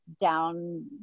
down